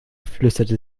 flüsterte